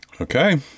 Okay